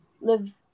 live